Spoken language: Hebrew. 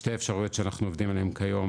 שתי האפשרויות שאנחנו עובדים עליהם קיים,